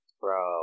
Bro